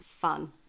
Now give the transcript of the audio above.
Fun